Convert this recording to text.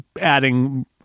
adding